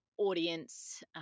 audience